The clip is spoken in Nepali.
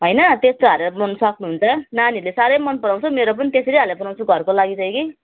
होइन त्यस्तो हालेर बनाउनु सक्नुहुन्छ नानीहरूले साह्रै मन पराउँछ मेरो पनि त्यसरी हालेर बनाउँछु घरको लागि चाहिँ कि